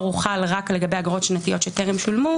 חל רק לגבי אגרות שנתיות שטרם שולמו,